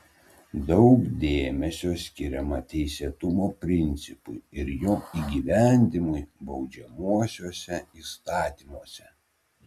daug dėmesio skiriama teisėtumo principui ir jo įgyvendinimui baudžiamuosiuose įstatymuose